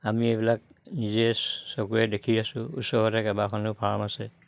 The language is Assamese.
আমি এইবিলাক নিজে চকুৰে দেখি আছোঁ ওচৰতে কেবাখনো ফাৰ্ম আছে